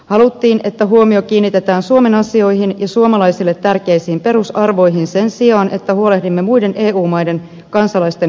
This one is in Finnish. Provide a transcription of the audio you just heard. haluttiin että huomio kiinnitetään suomen asioihin ja suomalaisille tärkeisiin perusarvoihin sen sijaan että huolehdimme muiden eu maiden kansalaisten hyvinvoinnista